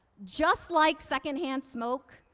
just like second-hand smoke,